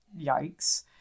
yikes